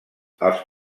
els